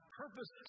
purpose